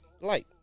Light